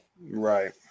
Right